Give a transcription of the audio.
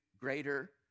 greater